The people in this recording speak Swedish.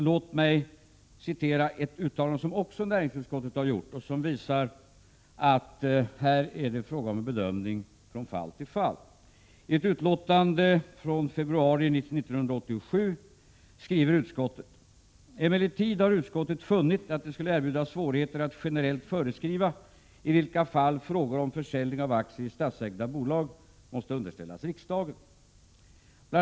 Låt mig citera ett uttalande som näringsutskottet också har gjort och som visar att det här är fråga om en bedömning från fall till fall. I ett betänkande från februari 1987 skriver utskottet: ”Emellertid har utskottet funnit att det skulle erbjuda svårigheter att generellt föreskriva i vilka fall frågor om försäljning av aktier i statsägda bolag måste underställas riksdagen. Bl.